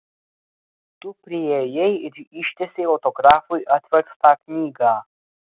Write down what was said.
tu priėjai ir ištiesei autografui atverstą knygą